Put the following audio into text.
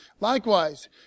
Likewise